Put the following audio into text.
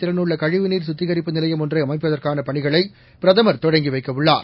திறனுள்ள கழிவுநீர் சுத்திகரிப்பு நிலையம் ஒன்றை அமைப்பதற்கான பணிகளை பிரதமர் தொடங்கி வைக்க உள்ளார்